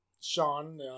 Sean